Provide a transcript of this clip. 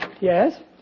Yes